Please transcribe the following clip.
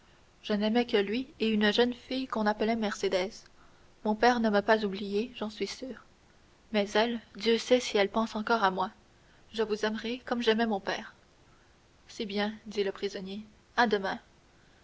je n'aimais que lui et une jeune fille qu'on appelait mercédès mon père ne m'a pas oublié j'en suis sûr mais elle dieu sait si elle pense encore à moi je vous aimerai comme j'aimais mon père c'est bien dit le prisonnier à demain